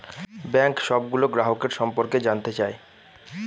bank সবগুলো গ্রাহকের সম্পর্কে জানতে চায়